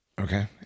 Okay